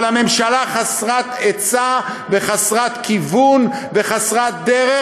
אבל הממשלה חסרת עצה וחסרת כיוון וחסרת דרך.